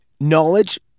knowledge